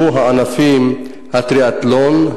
3. אילו הישגים רשמו הענפים הטריאתלון,